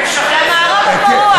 זה המערב הפרוע.